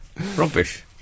rubbish